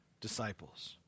disciples